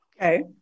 Okay